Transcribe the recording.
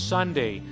Sunday